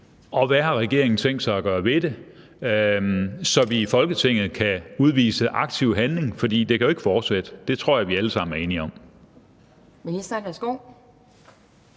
2: Hvad har regeringen tænkt sig at gøre ved det, så vi i Folketinget kan udvise aktiv handling? For det kan jo ikke fortsætte – det tror jeg vi alle sammen er enige om.